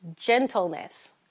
gentleness